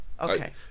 Okay